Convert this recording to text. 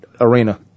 arena